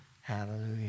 Hallelujah